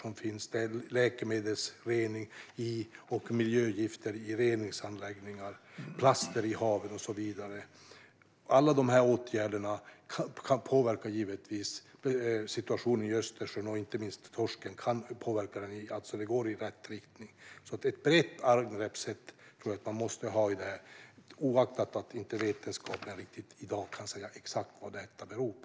Det handlar om läkemedels och miljögifter i reningsanläggningar, plaster i haven och så vidare. Alla de åtgärderna påverkar givetvis situationen i Östersjön och inte minst torsken och kan påverka i rätt riktning. Jag tror alltså att man måste ha ett brett arbetssätt i det här arbetet, oaktat att vetenskapen i dag inte kan säga exakt vad detta beror på.